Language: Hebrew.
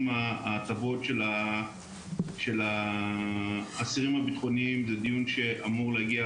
ההטבות של האסירים הבטחוניים זה דיון שאמור להגיע